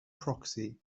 proxy